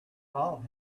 call